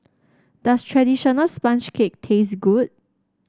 does traditional sponge cake taste good